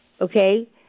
Okay